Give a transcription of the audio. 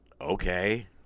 okay